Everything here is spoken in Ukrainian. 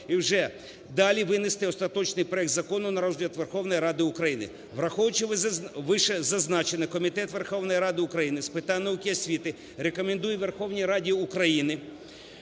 і вже далі винести остаточний проект закону на розгляд Верховної Ради України. Враховуючи вище зазначене, Комітет Верховної Ради України з питань науки і освіти рекомендує Верховній Раді України